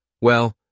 Well-